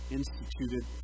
instituted